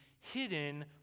hidden